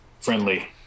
friendly